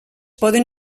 poden